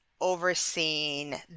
overseeing